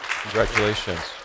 Congratulations